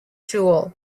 joule